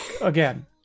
again